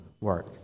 work